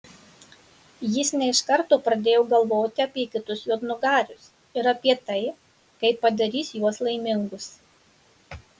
jis ne iš karto pradėjo galvoti apie kitus juodnugarius ir apie tai kaip padarys juos laimingus